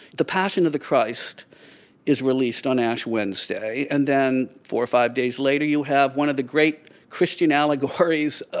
the passion of the christ is released on ash wednesday and then four or five days later you have one of the great christian allegories,